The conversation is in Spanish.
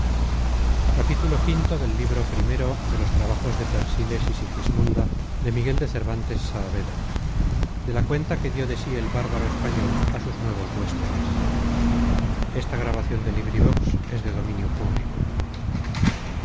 intérprete v de la cuenta que dió de sí el bárbaro español á sus nuevos huéspedes